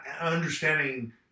understanding